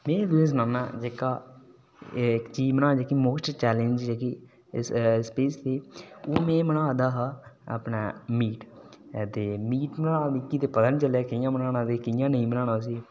में तुसेंगी सनाना जेह्का इक्क चीज़ बनाई जेह्की मोस्ट चैलेंज़ ऐ ओह् में बना दा हा मीट पैह्लें ते मिगी पता निं चलेआ की कि'यां बनाना जां कि'यां नेईं बनाना उसी